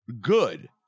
good